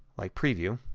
like preview,